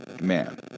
Man